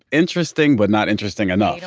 interesting, but not interesting enough.